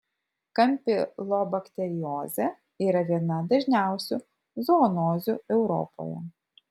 kampilobakteriozė yra viena dažniausių zoonozių europoje